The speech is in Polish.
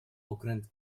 okręt